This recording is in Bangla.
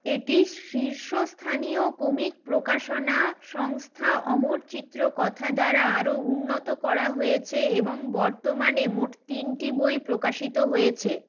এটি শীর্ষস্থানীয় ক্রমিক প্রকাশনা সংস্থা অমর চিত্র কথা দ্বারা আরও উন্নত করা হয়েছে এবং বর্তমানে মোট তিনটি বই প্রকাশিত হয়েছে